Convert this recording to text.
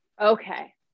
Okay